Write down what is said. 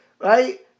right